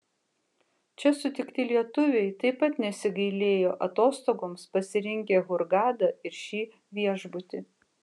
čia sutikti lietuviai taip pat nesigailėjo atostogoms pasirinkę hurgadą ir šį viešbutį